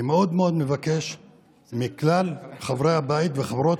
אני מאוד מאוד מבקש מכלל חברי הבית וחברות